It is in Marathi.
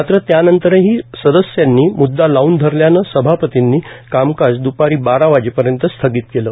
मात्र त्यानंतर्ठी सदस्यांनी मुद्दा लावून धरल्यानं सभापतींनी कामकाज दुपारी बारा वाजेपर्यंत स्थगित केलं